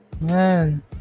man